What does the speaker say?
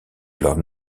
alors